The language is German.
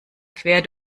quer